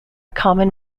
common